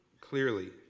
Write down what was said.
clearly